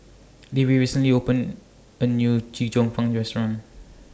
Davie recently opened A New Chee Cheong Fun Restaurant